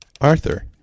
Arthur